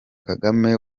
kagame